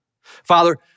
Father